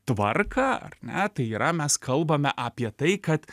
tvarką ar ne tai yra mes kalbame apie tai kad